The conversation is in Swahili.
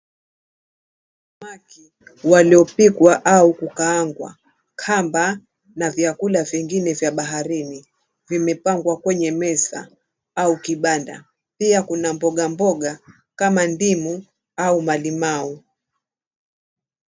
Samaki waliopikwa au kukaangwa, kamba na vyakula vingine vya baharini vimepangwa kwenye meza au kibanda. Pia kuna mboga mboga kama ndimu au mlimau.